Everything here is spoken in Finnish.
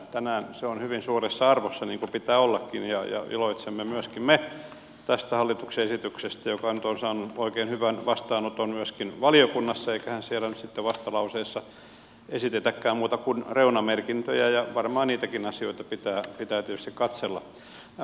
tänään se on hyvin suuressa arvossa niin kuin pitää ollakin ja iloitsemme myöskin me tästä hallituksen esityksestä joka nyt on saanut oikein hyvän vastaanoton myöskin valiokunnassa eikä siellä nyt sitten vastalauseessa esitetäkään muuta kuin reunamerkintöjä ja varmaan niitäkin asioita pitää tietysti katsella